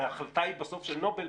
הרי ההחלטה היא בסוף של נובל,